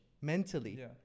mentally